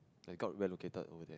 like got relocated overseas